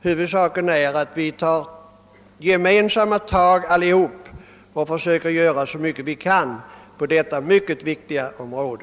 Huvudsaken är att vi tar gemensamma tag och försöker göra så mycket vi kan på detta viktiga område.